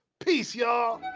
peace yall!